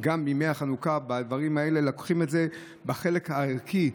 גם ימי החנוכה, לוקחים את זה בחלק הערכי,